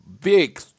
Big